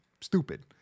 stupid